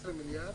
17 מיליארד